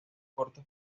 cortos